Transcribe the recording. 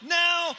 now